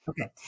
Okay